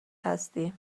هستی